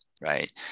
right